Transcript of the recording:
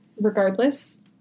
Regardless